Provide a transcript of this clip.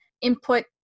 input